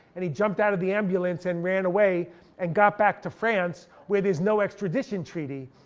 and he jumped out of the ambulance and ran away and got back to france, where there's no extradition treaty.